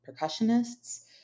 percussionists